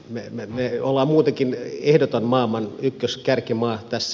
me olemme muutenkin ehdoton maailman ykköskärkimaa tässä